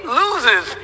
loses